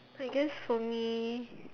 I guess for me